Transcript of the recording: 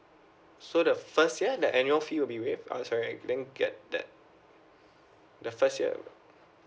so the first year that annual fee will be waive uh sorry I didn't get that the first year